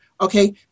Okay